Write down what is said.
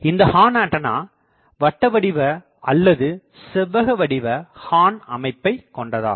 இந்த ஹார்ன்ஆண்டனா வட்டவடிவ அல்லது செவ்வகவடிவ ஹார்ன் அமைப்பை கொண்டதாகும்